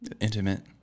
Intimate